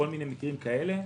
לכל מיני מקרים כאלה.